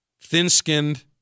thin-skinned